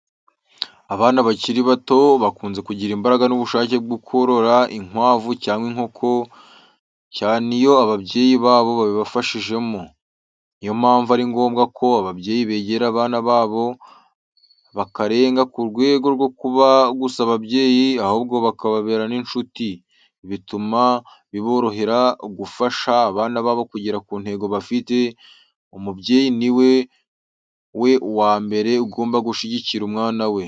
Abana bakiri bato bakunze kugira imbaraga n’ubushake bwo korora inkwavu cyangwa inkoko, cyane iyo ababyeyi babo babibafashijemo. Ni yo mpamvu ari ngombwa ko ababyeyi begera abana babo, bakarenga ku rwego rwo kuba gusa ababyeyi, ahubwo bakababera n’inshuti. Ibi bituma biborohera gufasha abana babo kugera ku ntego bafite. Umubyeyi ni we wa mbere ugomba gushyigikira umwana we.